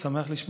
אני שמח לשמוע.